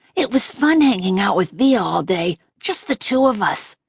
it was fun hanging out with via all day, just the two of us.